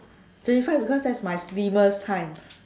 thirty five because that is my slimmest time